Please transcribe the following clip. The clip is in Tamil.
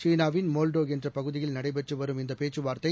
சீனாவின் மோல்டோ என்ற பகுதியில் நடைபெற்று வரும் இந்த பேச்சுவார்த்தை